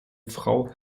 frau